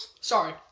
Sorry